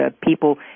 people